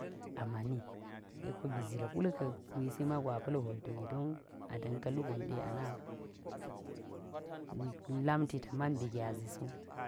Am mani se ko bi zil kul ka̱n, gwisi ma go a pa̱l hwoltu ki, don a da̱n ka̱ lu don ɗe a na laalamti ta man bi gyazi so.